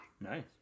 Nice